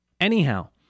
Anyhow